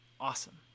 Awesome